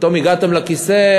פתאום הגעתם לכיסא,